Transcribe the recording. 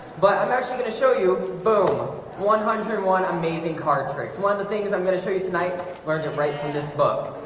but i'm actually going to show you boom one hundred and one amazing card tricks one of the things i'm going to show you tonight learned it right through this book